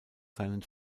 seinen